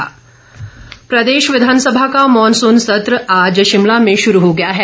विपिन परमार प्रदेश विधानसभा का मॉनसून सत्र आज शिमला में शुरू हो गया है